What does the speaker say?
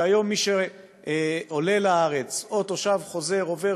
שהיום מי שעולה לארץ או תושב חוזר עובר